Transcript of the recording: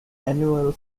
annual